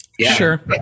Sure